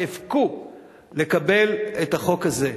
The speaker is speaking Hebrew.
נאבקו לקבל את החוק הזה.